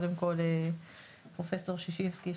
פרופ' שישנסקי,